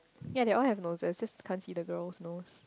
ya they all have noses just can't see the girl's nose